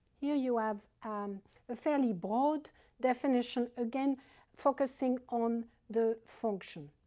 here, you have um a fairly broad definition, again focusing on the function.